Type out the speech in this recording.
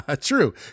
True